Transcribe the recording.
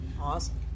awesome